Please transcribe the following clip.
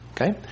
okay